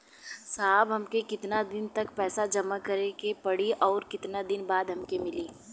साहब हमके कितना दिन तक पैसा जमा करे के पड़ी और कितना दिन बाद हमके मिली?